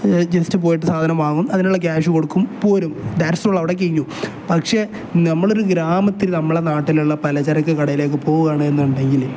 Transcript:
just പോയിട്ട് സാധനം വാങ്ങും അതിനുള്ള ക്യാഷ് കൊടുക്കും പോരും ദാറ്റ്സ് ഓൾ അവിടെ കഴിയും പക്ഷെ നമ്മൾ ഒരു ഗ്രാമത്തിൽ നമ്മൾ നാട്ടിലുള്ള പലചരക്ക് കടയിലേക്ക് പോവുകയാണെന്നുണ്ടെങ്കിൽ